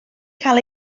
cael